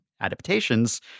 adaptations